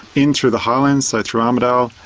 in through the highlands, so through armidale,